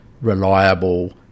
reliable